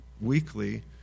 weekly